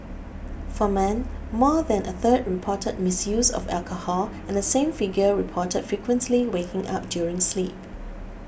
for men more than a third reported misuse of alcohol and the same figure reported frequently waking up during sleep